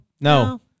No